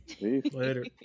Later